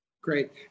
Great